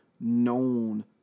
known